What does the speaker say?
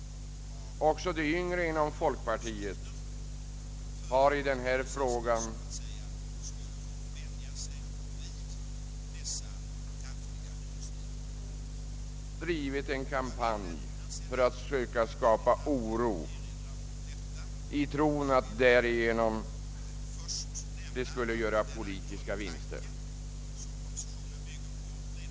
Också de yngre inom folkpartiet har i denna fråga drivit en kampanj för att söka skapa oro i tron att de därigenom skulle göra politiska vinster.